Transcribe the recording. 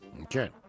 Okay